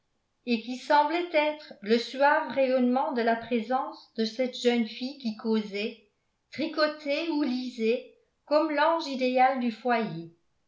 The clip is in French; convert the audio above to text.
et qui semblait être le suave rayonnement de la présence de cette jeune fille qui causait tricotait ou lisait comme l'ange idéal du foyer